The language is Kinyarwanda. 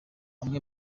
amwe